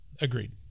agreed